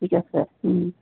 ঠিক আছে